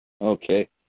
Okay